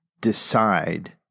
decide